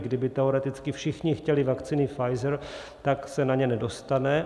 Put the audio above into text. Kdyby teoreticky všichni chtěli vakcíny Pfizer, tak se na ně nedostane.